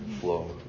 flow